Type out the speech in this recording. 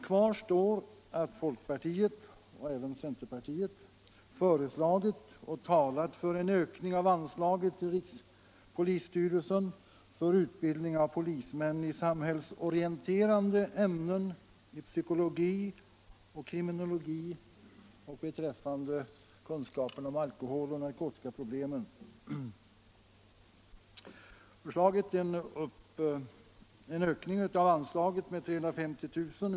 Kvar står att folkpartiet och även centerpartiet har föreslagit och talat för en ökning av anslaget till rikspolisstyrelsen för utbildning av polismän i samhällsorienterande ämnen, psykologi och kriminologi, samt beträffande kunskaper om alkoholoch narkotikaproblemen med 350 000 kr.